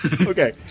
Okay